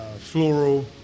floral